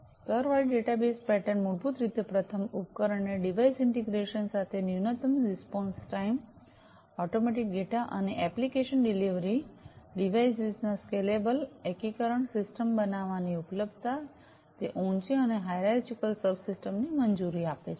સ્તરવાળી database pattern મૂળભૂત રીતે પ્રથમ ઉપકરણને ડિવાઇસ ઇન્ટિગ્રેશન સાથે ન્યૂનતમ રિસ્પોન્સ ટાઇમ ઓટોમેટિક ડેટા અને એપ્લિકેશન ડિલિવરી ડિવાઇસીસના સ્કેલેબલ એકીકરણ સિસ્ટમ બનાવવાની ઉપલબ્ધતા તે ઊંચી અને હાયરરચીકલ સબસિસ્ટમ આઇસોલેશન ની મંજૂરી આપે છે